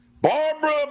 Barbara